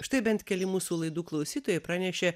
štai bent keli mūsų laidų klausytojai pranešė